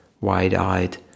wide-eyed